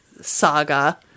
saga